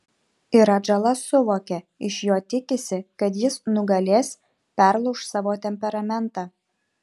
ir atžala suvokia iš jo tikisi kad jis nugalės perlauš savo temperamentą